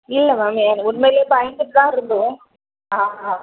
இல்லை மேம் உண்மைலேயே பயந்துகிட்டு தான் இருந்தோம் ஆ